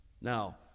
Now